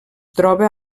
troba